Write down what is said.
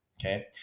okay